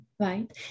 right